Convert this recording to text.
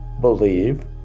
believe